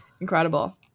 Incredible